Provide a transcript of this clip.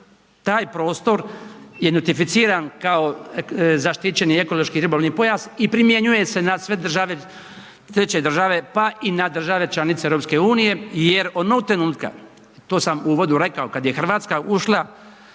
taj prostor je nutificiran kao zaštićeni ekološki ribolovni pojas i primjenjuje se na sve države, treće države, pa i na države članice EU jer onog trenutka, to sam u uvodu rekao, kad je RH ušla